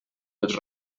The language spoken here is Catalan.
els